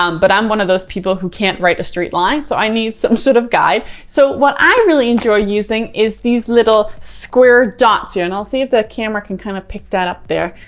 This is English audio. um but i'm one of those people who can't write a straight line. so i need some sort of guide. so what i really enjoy using is these little square dots you and i'll see if the camera can kind of pick that up there.